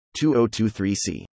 2023C